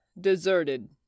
Deserted